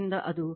6 j 278